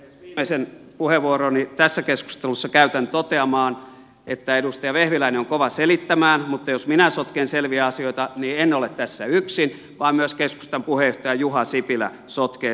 viimeisen puheenvuoroni tässä keskustelussa käytän toteamaan että edustaja vehviläinen on kova selittämään mutta jos minä sotken selviä asioita niin en ole tässä yksin vaan myös keskustan puheenjohtaja juha sipilä sotkee selviä asioita